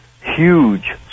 huge